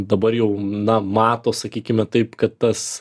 dabar jau na mato sakykime taip kad tas